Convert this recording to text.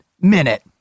Minute